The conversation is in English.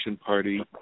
Party